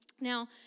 Now